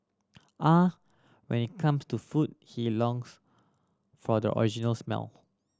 ah when it comes to food he longs for the original smell